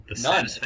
None